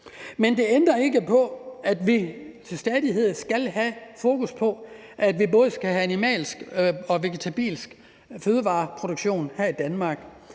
sag. Det ændrer ikke på, at vi til stadighed skal have fokus på, at vi både skal have animalsk og vegetabilsk fødevareproduktion her i Danmark.